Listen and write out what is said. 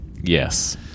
yes